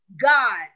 God